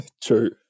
True